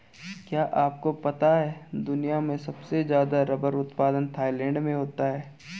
क्या आपको पता है दुनिया में सबसे ज़्यादा रबर उत्पादन थाईलैंड में होता है?